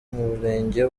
murenge